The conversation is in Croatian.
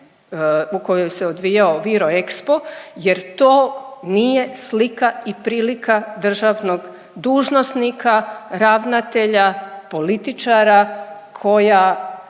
u kojoj se odvijao VIROEXPO jer to nije slika i prilika državnog dužnosnika, ravnatelja, političara koja